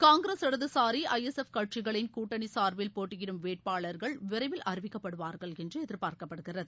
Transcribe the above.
காங்கிரஸ் இடதுசாரி I S F கட்சிகளின் கூட்டணி சார்பில் போட்டியிடும் வேட்பாளர்கள் விரைவில் அறிவிக்கப்படுவார்கள் என்று எதிர்பார்க்கப்படுகிறது